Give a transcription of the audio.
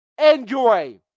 enjoy